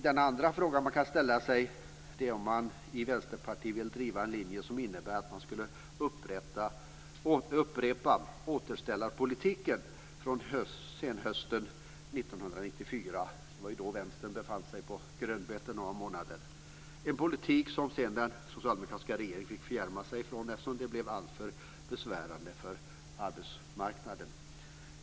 Den andra frågan man kan ställa sig är om man i Vänsterpartiet vill driva en linje som innebär att man skulle upprepa återställarpolitiken från senhösten 1994. Det var då Vänstern befann sig på grönbete några månader. Det var en politik som den socialdemokratiska regeringen sedan fick fjärma sig från, eftersom den blev alltför besvärande för arbetsmarknaden.